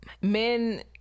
men